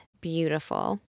beautiful